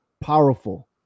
powerful